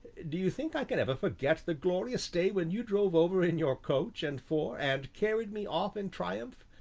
do you think i can ever forget the glorious day when you drove over in your coach and four, and carried me off in triumph,